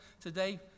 today